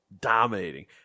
dominating